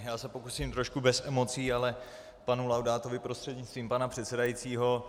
Já se pokusím trošku bez emocí ale k panu Laudátovi prostřednictvím pana předsedajícího.